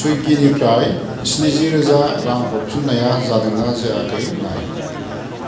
सुइगिनिफ्राय स्निजि रोजा रां हरफिन्नाया जादोंना जायाखै नाय